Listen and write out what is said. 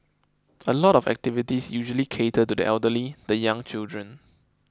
a lot of activities usually cater to the elderly the young children